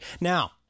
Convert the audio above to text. Now